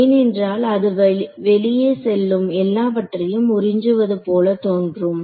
ஏனென்றால் அது வெளியே செல்லும் எல்லாவற்றையும் உறிஞ்சுவது போல தோன்றும்